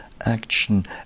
action